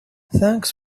thanks